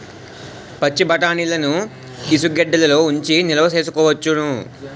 పచ్చిబఠాణీలని ఇసుగెడ్డలలో ఉంచి నిలవ సేసుకోవచ్చును